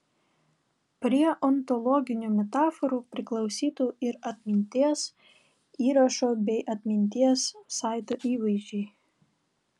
prie ontologinių metaforų priklausytų ir atminties įrašo bei atminties saito įvaizdžiai